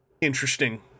interesting